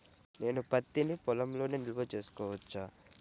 నేను పత్తి నీ పొలంలోనే నిల్వ చేసుకోవచ్చా?